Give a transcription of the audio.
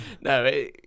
No